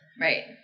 Right